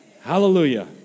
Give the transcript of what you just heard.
Hallelujah